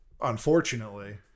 unfortunately